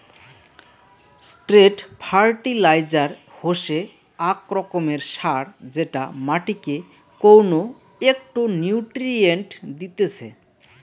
straight fertiliser হসে আক রকমের সার যেটা মাটিকে কউনো একটো নিউট্রিয়েন্ট দিতেছে